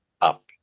up